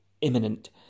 imminent